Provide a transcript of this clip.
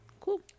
Cool